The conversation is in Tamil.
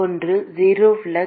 ஒன்று ஜீரோ ஃப்ளக்ஸ்